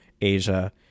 asia